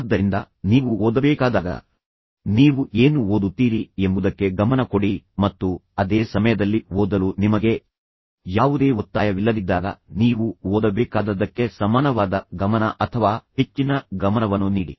ಆದ್ದರಿಂದ ನೀವು ಓದಬೇಕಾದಾಗ ನೀವು ಏನು ಓದುತ್ತೀರಿ ಎಂಬುದಕ್ಕೆ ಗಮನ ಕೊಡಿ ಮತ್ತು ಅದೇ ಸಮಯದಲ್ಲಿ ಓದಲು ನಿಮಗೆ ಯಾವುದೇ ಒತ್ತಾಯವಿಲ್ಲದಿದ್ದಾಗ ನೀವು ಓದಬೇಕಾದದ್ದಕ್ಕೆ ಸಮಾನವಾದ ಗಮನ ಅಥವಾ ಹೆಚ್ಚಿನ ಗಮನವನ್ನು ನೀಡಿ